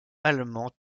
allemand